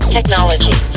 Technology